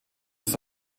des